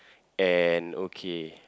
and okay